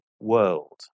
world